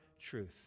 truth